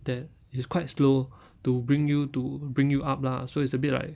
that is quite slow to bring you to bring you up lah so it's a bit like